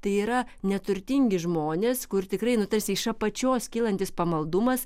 tai yra neturtingi žmonės kur tikrai nu tarsi iš apačios kylantis pamaldumas